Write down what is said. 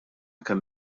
kemm